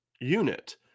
unit